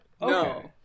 No